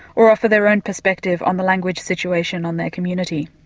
or offer their own perspective on the language situation on their community.